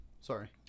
Sorry